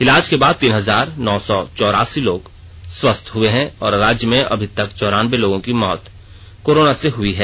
इलाज के बाद तीन हजार नौ सौ चौरासी लोग स्वस्थ हए हैं और राज्य में अभी तक चौरानबे लोगों की मौत कोरोना से हुई है